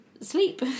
sleep